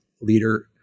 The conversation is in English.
leader